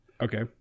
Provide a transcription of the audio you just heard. Okay